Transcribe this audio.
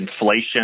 inflation